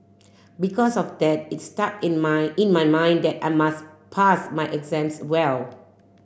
because of that it stuck in my in my mind that I must pass my exams well